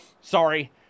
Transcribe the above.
sorry